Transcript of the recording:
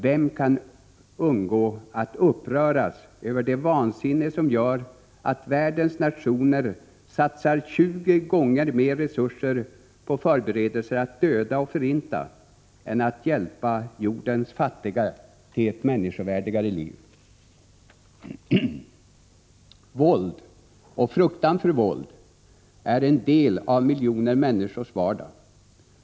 Vem kan undgå att uppröras över det vansinne som gör att världens nationer satsar 20 gånger mer resurser på förberedelser att döda och förinta än på att hjälpa jordens fattiga till ett människovärdigt liv? Våld och fruktan för våld är en del av miljoner människors vardag.